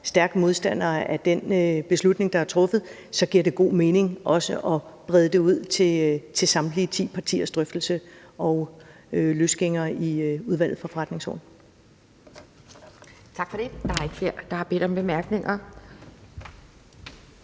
stærke modstandere af den beslutning, der er truffet, så giver det god mening også at brede det ud til drøftelse med samtlige ti partier og løsgænger i Udvalget for Forretningsordenen.